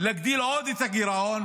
להגדיל עוד את הגירעון?